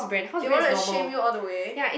they want to shame you all the way